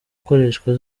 gukoreshwa